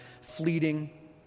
fleeting